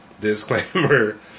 disclaimer